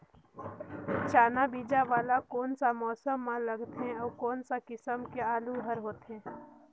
चाना बीजा वाला कोन सा मौसम म लगथे अउ कोन सा किसम के आलू हर होथे?